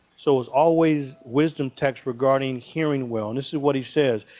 so it's always wisdom text regarding hearing well. and this is what he says.